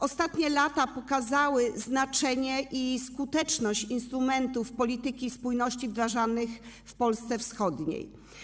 Ostatnie lata pokazały znaczenie i skuteczność instrumentów polityki spójności wdrażanych w Polsce wschodniej.